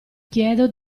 chiedo